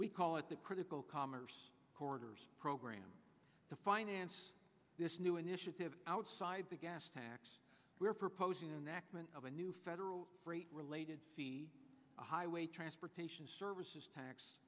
we call it the critical commerce corridors program to finance this new initiative outside the gas tax we are proposing an act of a new federal freight related see a highway transportation services tax